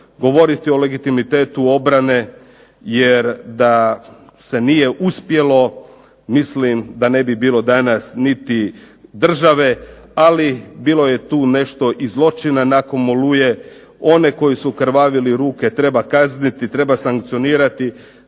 govoriti o legitimitetu obrane, jer da se nije uspjelo mislim da ne bi bilo danas niti države, ali bilo je tu nešto i zločina nakon "Oluje". One koji su okrvavili ruke treba kazniti, treba sankcionirati